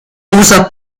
usa